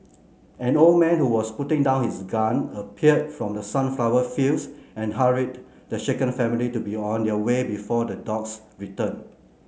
an old man who was putting down his gun appeared from the sunflower fields and hurried the shaken family to be on their way before the dogs return